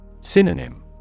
Synonym